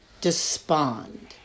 Despond